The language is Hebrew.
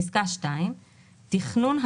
(2)תכנון,